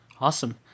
Awesome